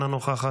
אינה נוכחת.